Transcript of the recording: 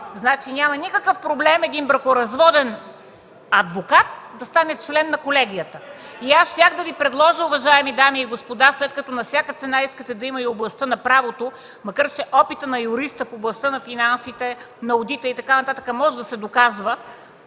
Значи няма никакъв проблем един бракоразводен адвокат да стане член на колегията? Щях да Ви предложа, уважаеми дами и господа, след като на всяка цена искате да има в областта на правото, макар че опитът на юриста в областта на финансите, на одита и така нататък може да се доказва,